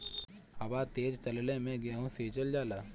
हवा तेज चलले मै गेहू सिचल जाला?